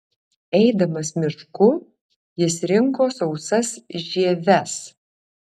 eidamas mišku jis rinko sausas žieves